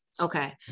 Okay